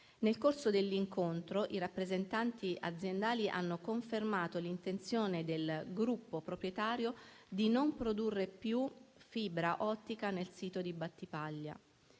Nel corso dell'incontro, i rappresentanti aziendali hanno confermato l'intenzione del gruppo proprietario di non produrre più fibra ottica nel sito di Battipaglia.